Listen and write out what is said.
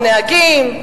הנהגים.